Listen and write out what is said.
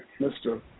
Mr